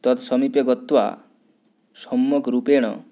तद्समीपे गत्वा सम्यक् रूपेण